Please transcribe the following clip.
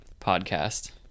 podcast